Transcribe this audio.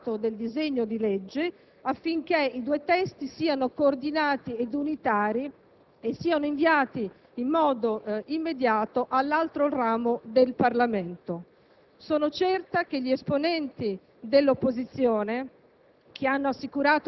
dopo il voto su tale provvedimento, alla disamina dell'articolato del disegno di legge affinché i due testi siano coordinati ed unitari e siano inviati in modo immediato all'altro ramo del Parlamento.